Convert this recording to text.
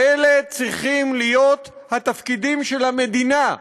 אלה צריכים להיות התפקידים של המדינה.